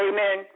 Amen